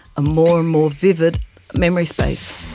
a more and more vivid memory space.